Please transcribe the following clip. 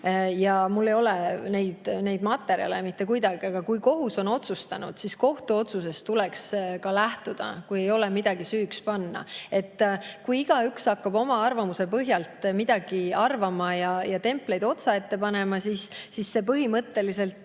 Mul ei ole neid materjale. Aga kui kohus on otsustanud, siis kohtuotsusest tuleks ka lähtuda, kui ei ole midagi süüks panna. Kui igaüks hakkab oma arvamuse põhjal midagi arvama ja templeid otsaette panema, siis see põhimõtteliselt